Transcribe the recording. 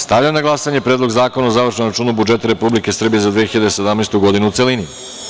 Stavljam na glasanje Predlog zakona o završnom računu budžeta Republike Srbije za 2017. godinu, u celini.